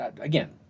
again